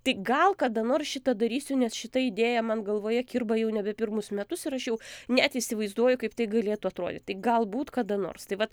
tai gal kada nors šitą darysiu nes šita idėja man galvoje kirba jau nebe pirmus metus ir aš jau net įsivaizduoju kaip tai galėtų atrodyt tai galbūt kada nors tai vat